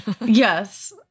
yes